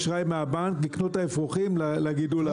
האשראי מהבנק לקנות את האפרוחים לגידול הבא.